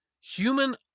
human